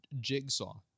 Jigsaw